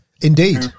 Indeed